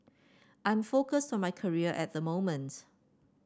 I'm focused on my career at the moment